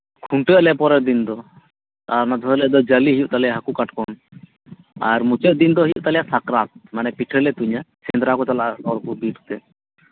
ᱠᱷᱩᱱᱴᱟᱹ ᱟᱞᱮ ᱯᱚᱨᱮᱨ ᱫᱤᱱ ᱫᱚ ᱚᱱᱟ ᱯᱨᱮ ᱫᱚ ᱡᱟᱞᱮ ᱦᱩᱭᱩᱜ ᱛᱟᱞᱮᱭᱟ ᱦᱟᱹᱠᱩ ᱠᱟᱴᱠᱚᱢ ᱟᱨ ᱢᱩᱪᱟᱹᱫ ᱫᱤᱱ ᱫᱚ ᱦᱩᱭᱩᱜ ᱛᱟᱞᱮᱭᱟ ᱥᱟᱠᱨᱟᱛ ᱢᱟᱱᱮ ᱯᱤᱴᱷᱟᱹ ᱞᱮ ᱛᱩᱧᱟ ᱥᱮᱫᱽᱨᱟ ᱠᱚ ᱪᱟᱞᱟᱜᱼᱟ ᱵᱤᱨᱛᱮ